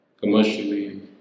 commercially